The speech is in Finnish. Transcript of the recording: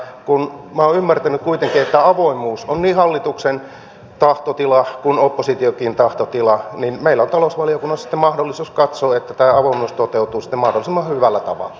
kun minä olen ymmärtänyt kuitenkin että avoimuus on niin hallituksen kuin oppositionkin tahtotila niin meillä on talousvaliokunnassa sitten mahdollisuus katsoa että tämä avoimuus toteutuu mahdollisimman hyvällä tavalla